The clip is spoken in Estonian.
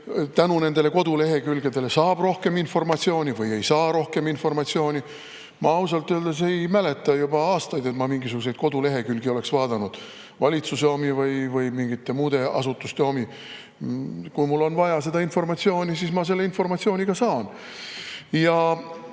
tänu nendele kodulehekülgedele saab rohkem informatsiooni või ei saa rohkem informatsiooni. Ma ausalt öeldes ei mäleta juba aastaid, et ma mingisuguseid kodulehekülgi oleks vaadanud, valitsuse omi või mingite muude asutuste omi. Kui mul on informatsiooni vaja, siis ma selle informatsiooni ka saan. Küsimus